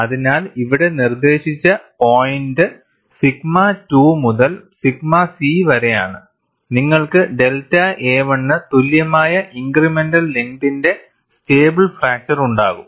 അതിനാൽ ഇവിടെ നിർദ്ദേശിച്ച പോയിന്റ് സിഗ്മ 2 മുതൽ സിഗ്മ C വരെയാണ് നിങ്ങൾക്ക് ഡെൽറ്റ a1 ന് തുല്യമായ ഇൻക്രിമെന്റൽ ലെങ്തിന്റെ സ്റ്റേബിൾ ഫ്രാക്ചർ ഉണ്ടാകും